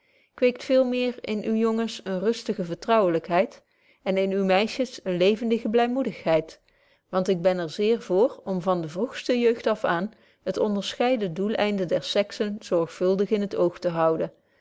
kweekt veel meer in uwe jongens eene rustige vertrouwenheid en in uwe meisjes eene levendige blymoedigheid want ik ben er zeer voor om van de vroegste jeugd af aan het onderscheiden doelëinde der sexen zorgvuldig in t oog te houden